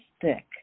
thick